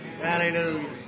Hallelujah